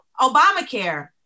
Obamacare